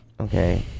Okay